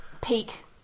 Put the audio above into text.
peak